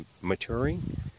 maturing